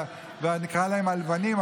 ונקרא להם "הלבנים",